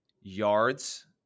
yards